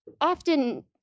often